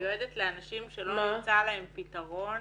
מיועדת לאנשים שלא נמצא להם פתרון